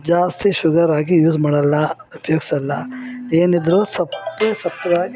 ಜಾಸ್ತಿ ಶುಗರಾಕಿ ಯೂಸ್ ಮಾಡಲ್ಲ ಉಪಯೋಗ್ಸಲ್ಲ ಏನಿದ್ರು ಸಪ್ಪೆ ಸಪ್ಪೆಯಾಗಿ